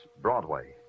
Broadway